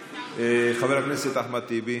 חבר הכנסת אחמד טיבי,